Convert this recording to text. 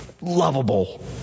lovable